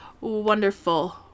wonderful